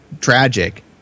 tragic